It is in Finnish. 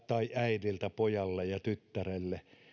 tai äidiltä pojalle ja tyttärelle